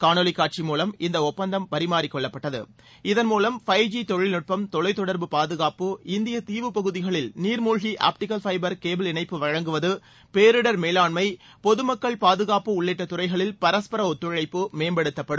காணொலி காட்சி மூலம் இந்த ஒப்பந்தம் பரிமாறி கொள்ளப்பட்டது இதன் மூலம் ஐந்து ஜி தொழில்நுட்பம் தொலைத்தொடர்பு பாதுகாப்பு இந்திய தீவு பகுதிகளில் நீர்மூழ்கி ஆப்டிக்கல் ஃபைபர் கேபிள் இணைப்பு வழங்குவது பேரிடர் மேலாண்மை பொதுமக்கள் பாதுகாப்பு உள்ளிட்ட துறைகளில் பரஸ்பர ஒத்துழைப்பு மேம்படுத்தப்படும்